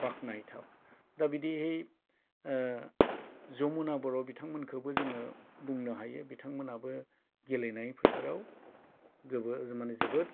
बाख्नायथाव दा बिदिहै ओ जमुना बर' बिथांमोनखौबो जों बुंनो हायो बिथांमोनाबो गेलेनाय फोथाराव माने जोबोद